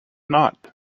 not